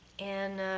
and ah,